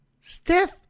Stiff